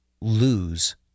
lose